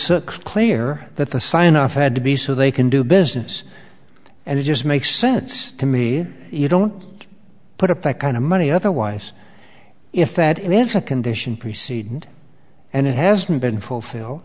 's clear that the sign off had to be so they can do business and it just makes sense to me that you don't put up that kind of money otherwise if that is a condition preceding and and it hasn't been fulfilled